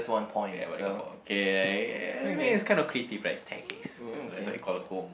ya balik kampung okay it's kind of creative like staircase so that's why they call home